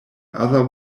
other